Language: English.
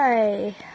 Hi